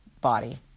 body